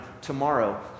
tomorrow